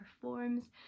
performs